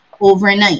overnight